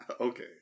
Okay